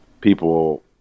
people